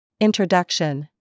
Introduction